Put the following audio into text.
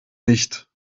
nicht